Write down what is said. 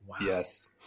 Yes